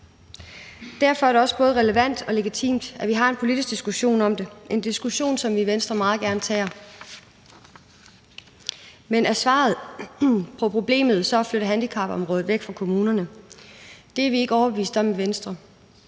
Derfor er det også både relevant og legitimt, at vi har en politisk diskussion om det – en diskussion, som vi i Venstre meget gerne tager. Men er svaret på problemet så at flytte handicapområdet væk fra kommunerne? Det er vi ikke overbeviste om i Venstre.